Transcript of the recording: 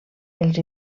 els